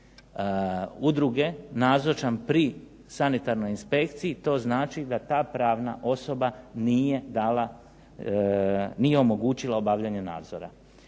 udruge nazočan pri sanitarnoj inspekciji to znači da ta pravna osoba nije omogućila obavljanje nadzora.